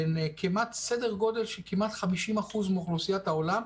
בסדר גודל של כמעט 50% מאוכלוסיית העולם,